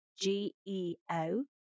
G-E-O